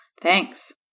Thanks